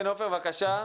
כן עופר, בבקשה.